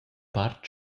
part